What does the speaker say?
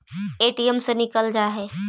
ATM से निकल जा है?